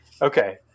Okay